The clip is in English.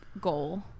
Goal